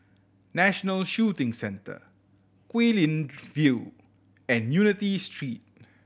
National Shooting Centre Guilin View and Unity Street